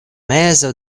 mezo